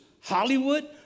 Hollywood